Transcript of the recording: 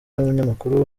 n’umunyamakuru